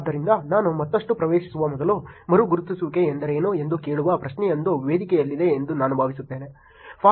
ಆದ್ದರಿಂದ ನಾನು ಮತ್ತಷ್ಟು ಪ್ರವೇಶಿಸುವ ಮೊದಲು ಮರು ಗುರುತಿಸುವಿಕೆ ಎಂದರೇನು ಎಂದು ಕೇಳುವ ಪ್ರಶ್ನೆಯೊಂದು ವೇದಿಕೆಯಲ್ಲಿದೆ ಎಂದು ನಾನು ಭಾವಿಸುತ್ತೇನೆ